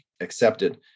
accepted